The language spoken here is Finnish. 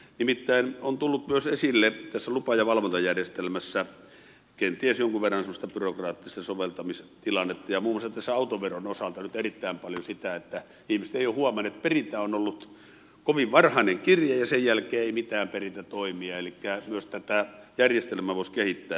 nimittäin on tullut myös esille tässä lupa ja valvontajärjestelmässä kenties jonkun verran semmoista byrokraattista soveltamistilannetta ja muun muassa autoveron osalta nyt erittäin paljon sitä että ihmiset eivät ole huomanneet että perintään liittyen on ollut kovin varhainen kirje ja sen jälkeen ei mitään perintätoimia elikkä myös tätä järjestelmää voisi kehittää